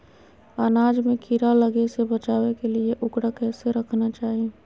अनाज में कीड़ा लगे से बचावे के लिए, उकरा कैसे रखना चाही?